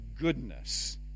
goodness